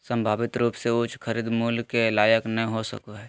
संभावित रूप से उच्च खरीद मूल्य के लायक नय हो सको हइ